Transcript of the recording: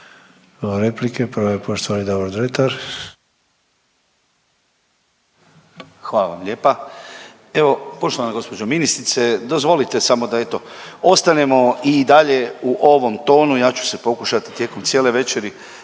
Hvala vam lijepa. Evo, poštovana gđo ministrice. Dozvolite samo da eto ostanemo i dalje u ovom tonu, ja ću se pokušati tijekom cijele večeri,